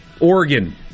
Oregon